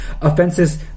offenses